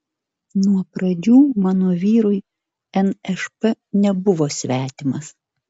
nuo pradžių mano vyrui nšp nebuvo svetimas